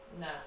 No